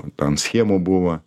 ten schemų buvo